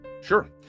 Sure